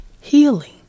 healing